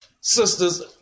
Sisters